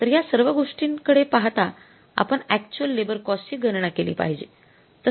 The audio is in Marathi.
तर या सर्व गोष्टींकडे पाहता आपण अक्चुअल लेबर कॉस्ट ची गणना केली पाहिजे